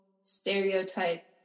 stereotype